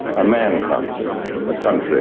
a man comes from the country